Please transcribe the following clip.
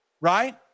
right